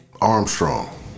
Armstrong